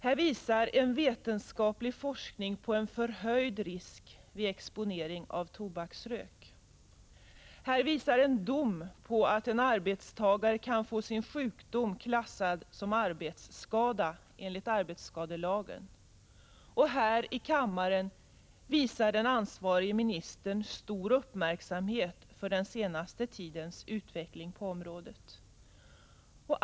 Här visar en Här visar en dom på att en arbetstagare kan få sin sjukdom klassad som 4 april 1986 arbetsskada enligt arbetsskadelagen. Och här i kammaren visar den ansvariga ministern stor uppmärksamhet inför den senaste tidens utveckling på området.